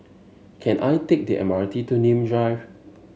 can I take the M R T to Nim Drive